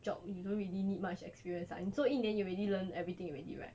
job you don't really need much experience ah 你做一年 you already learned everything already right